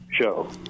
show